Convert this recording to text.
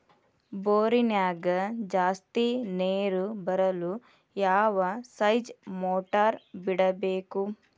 ಬೋರಿನ್ಯಾಗ ಜಾಸ್ತಿ ನೇರು ಬರಲು ಯಾವ ಸ್ಟೇಜ್ ಮೋಟಾರ್ ಬಿಡಬೇಕು?